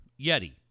Yeti